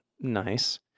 nice